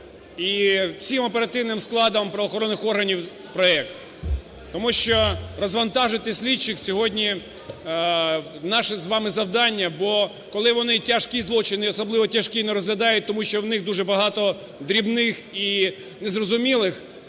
і всім оперативним складом правоохоронних органів проект, тому що розвантажити слідчих сьогодні – наше з вами завдання, бо коли вони тяжкі злочини й особливо тяжкі не розглядають, тому що у них дуже багато дрібних і незрозумілих